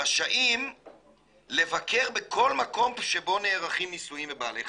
רשאים לבקר בכל מקום שבו נערכים ניסויים בבעלי חיים.